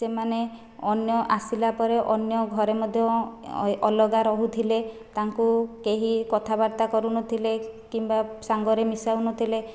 ସେମାନେ ଅନ୍ୟ ଆସିଲାପରେ ଅନ୍ୟ ଘରେ ମଧ୍ୟ ଅଲଗା ରହୁଥିଲେ ତାଙ୍କୁ କେହି କଥାବାର୍ତ୍ତା କରୁନଥିଲେ କିମ୍ବା ସାଙ୍ଗରେ ମିଶାଉନଥିଲେ